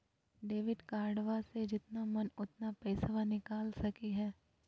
Debit कार्डबा से जितना मन उतना पेसबा निकाल सकी हय?